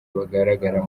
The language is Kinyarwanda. bagaragara